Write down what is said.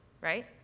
right